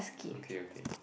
okay okay